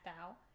out